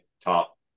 top